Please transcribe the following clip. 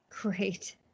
Great